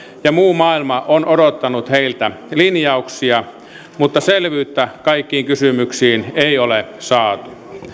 ja muu maailma on odottanut heiltä linjauksia mutta selvyyttä kaikkiin kysymyksiin ei ole saatu